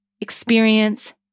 experience